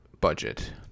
budget